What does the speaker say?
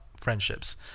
friendships